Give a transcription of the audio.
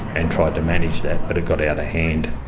and tried to manage that, but it got out of hand.